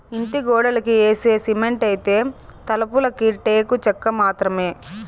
ఇంటి గోడలకి యేసే సిమెంటైతే, తలుపులకి టేకు చెక్క మాత్రమే